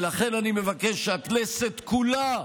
ולכן אני מבקש שהכנסת כולה,